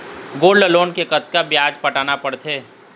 Gold loan मे कतका ब्याज पटाना पड़थे?